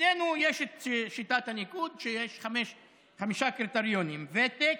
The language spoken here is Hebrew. אצלנו יש שיטת הניקוד, שיש חמישה קריטריונים: ותק,